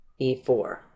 E4